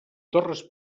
torres